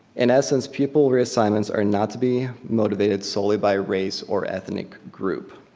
in essence pupil were assignments are not to be motivated solely by race or ethnic group.